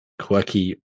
quirky